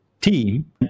team